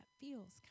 feels